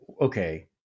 okay